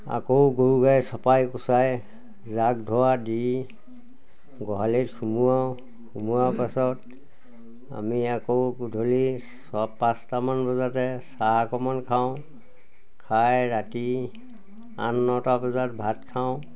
আকৌ গৰু গাই চপাই কুচাই জাক ধোৱা দি গোহালিত সোমোৱাওঁ সোমোৱা পাছত আমি আকৌ গধূলি চ পাঁচটামান বজাতে চাহ অকণমান খাওঁ খাই ৰাতি আঠ নটা বজাত ভাত খাওঁ